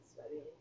studying